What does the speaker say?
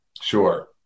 Sure